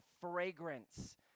fragrance